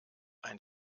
ein